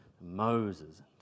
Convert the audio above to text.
Moses